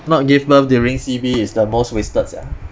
not give birth during C_B is the most wasted sia